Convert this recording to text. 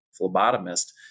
phlebotomist